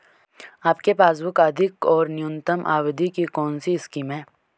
आपके पासबुक अधिक और न्यूनतम अवधि की कौनसी स्कीम है?